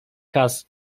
cass